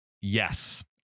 yes